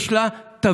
יש לה תווית